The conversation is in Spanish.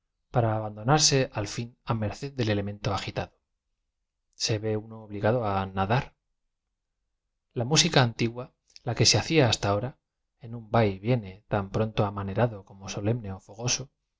para abandonarse al ñn á merced del elemento agita do se v e uno obligado á nadar l a música antigua la que se hacia hasta ahora en un v a y vieue tan pronto amanerado como solemne ó fogoso